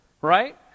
right